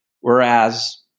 Whereas